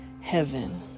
heaven